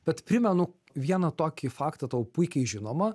bet primenu vieną tokį faktą tau puikiai žinomą